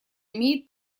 имеет